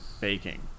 baking